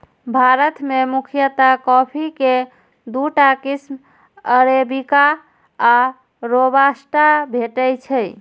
भारत मे मुख्यतः कॉफी के दूटा किस्म अरेबिका आ रोबास्टा भेटै छै